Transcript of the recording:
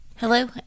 Hello